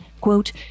quote